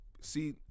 see